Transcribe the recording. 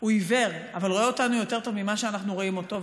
הוא עיוור אבל רואה אותנו יותר טוב ממה שאנחנו רואים אותו,